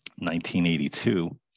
1982